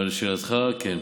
אבל לשאלתך, כן.